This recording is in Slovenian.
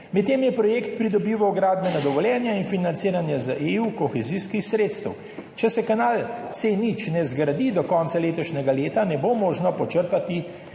Medtem je projekt pridobival gradbena dovoljenja in financiranje iz kohezijskih sredstev EU. Če se kanal C0 ne zgradi do konca letošnjega leta, ne bo možno počrpati